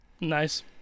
Nice